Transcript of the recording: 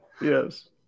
Yes